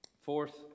Fourth